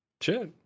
Sure